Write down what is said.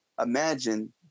imagine